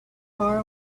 far